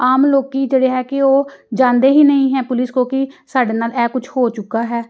ਆਮ ਲੋਕ ਜਿਹੜੇ ਹੈ ਕਿ ਉਹ ਜਾਂਦੇ ਹੀ ਨਹੀਂ ਹੈ ਪੁਲਿਸ ਕੋਲ ਕਿ ਸਾਡੇ ਨਾਲ ਇਹ ਕੁਛ ਹੋ ਚੁੱਕਾ ਹੈ